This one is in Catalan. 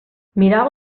mirava